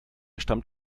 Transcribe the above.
stammt